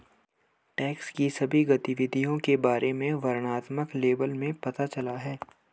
tax की सभी गतिविधियों के बारे में वर्णनात्मक लेबल में पता चला है